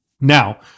Now